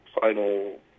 final